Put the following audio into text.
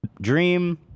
Dream